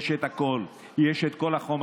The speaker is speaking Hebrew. יש את הכול, יש את כל החומרים.